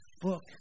book